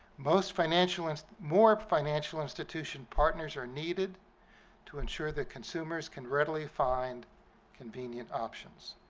most financial and more financial institution partners are needed to ensure that consumers can readily find convenient options.